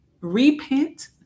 repent